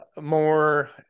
more